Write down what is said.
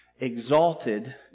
exalted